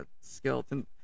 Skeleton